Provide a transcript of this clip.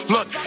Look